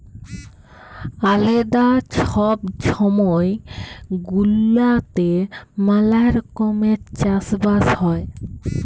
আলেদা ছব ছময় গুলাতে ম্যালা রকমের চাষ বাস হ্যয়